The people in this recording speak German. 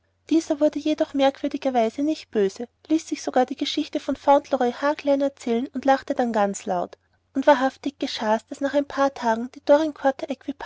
dieser wurde jedoch merkwürdigerweise nicht böse ließ sich sogar die geschichte von fauntleroy haarklein erzählen und lachte dann ganz laut und wahrhaftig geschah's daß nach ein paar tagen die